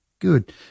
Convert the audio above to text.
Good